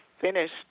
finished